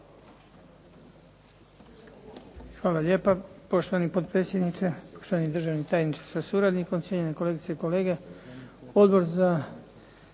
Hvala lijepa. Poštovani potpredsjedniče, poštovani državni tajniče sa suradnikom, cijenjene kolegice i kolege. Odbor za